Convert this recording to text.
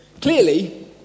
Clearly